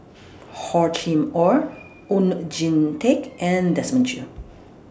Hor Chim Or Oon Jin Teik and Desmond Choo